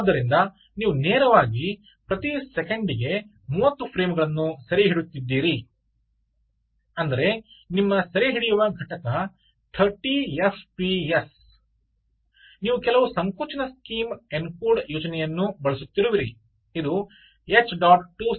ಆದ್ದರಿಂದ ನೀವು ನೇರವಾಗಿ ಪ್ರತಿ ಸೆಕೆಂಡಿಗೆ 30 ಫ್ರೇಮ್ಗಳನ್ನು ಸೆರೆ ಹಿಡಿಯುತ್ತಿದ್ದೀರಿ ಅಂದರೆ ನಿಮ್ಮ ಸೆರೆಹಿಡಿಯುವ ಘಟಕ 30 ಎಫ್ಪಿಎಸ್ ನೀವು ಕೆಲವು ಸಂಕೋಚನ ಸ್ಕೀಮ್ ಎನ್ಕೋಡ್ ಯೋಜನೆಯನ್ನು ಬಳಸುತ್ತಿರುವಿರಿ ಅದು H